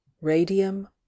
radium